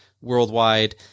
worldwide